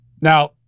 Now